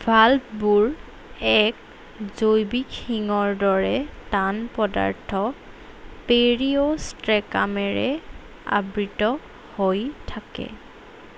ভালভবোৰ এক জৈৱিক শিঙৰ দৰে টান পদাৰ্থ পেৰিঅ'ষ্ট্ৰেকামেৰে আবৃত হৈ থাকে